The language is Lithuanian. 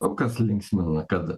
o kas linksmina kad